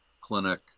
clinic